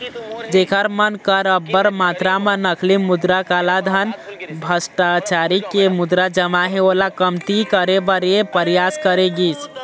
जेखर मन कर अब्बड़ मातरा म नकली मुद्रा, कालाधन, भस्टाचारी के मुद्रा जमा हे ओला कमती करे बर ये परयास करे गिस